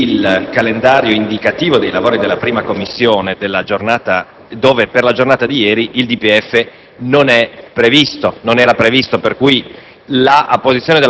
ho qui il calendario indicativo dei lavori della Commissione - per la giornata di ieri il DPEF non era previsto: